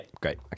great